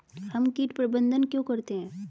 हम कीट प्रबंधन क्यों करते हैं?